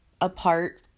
apart